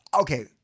Okay